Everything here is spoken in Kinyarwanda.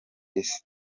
isi